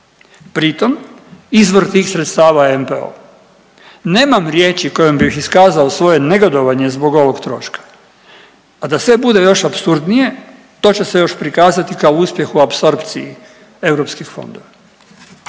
Pritom izvor tih sredstava je NPO. Nemam riječi kojom bih iskazao svoje negodovanje zbog ovog troška. A da sve bude još apsurdnije to će se još prikazati kao uspjeh u apsorpciji europskih fondova.